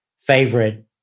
favorite